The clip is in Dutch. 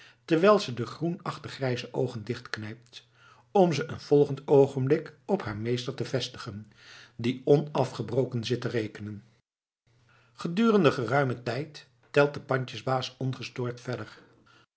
terwijl ze de groenachtig grijze oogen dichtknijpt om ze een volgend oogenblik op haar meester te vestigen die onafgebroken zit te rekenen gedurende geruimen tijd telt de pandjesbaas ongestoord verder